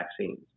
vaccines